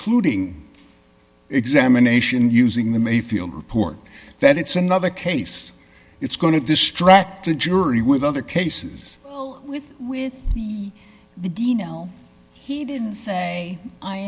precluding examination using the mayfield report that it's another case it's going to distract a jury with other cases well with with the d no he didn't say i